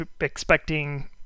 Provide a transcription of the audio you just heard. expecting